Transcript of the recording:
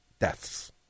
deaths